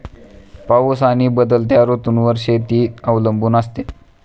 पाऊस आणि बदलत्या ऋतूंवर शेती अवलंबून असते